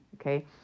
okay